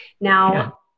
Now